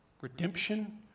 redemption